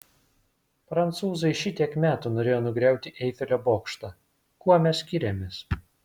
prancūzai šitiek metų norėjo nugriauti eifelio bokštą kuo mes skiriamės